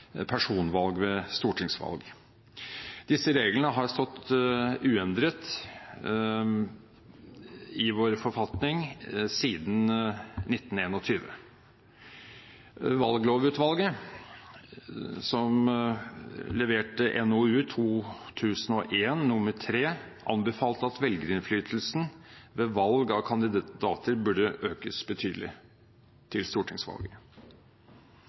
personvalg ved stortingsvalg. Disse reglene har stått uendret i vår forfatning siden 1921. Valglovutvalget som leverte NOU 2001: 3, har anbefalt at velgerinnflytelsen ved valg av kandidater bør økes betydelig til stortingsvalget.